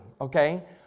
okay